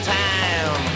time